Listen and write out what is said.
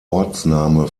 ortsname